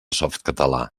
softcatalà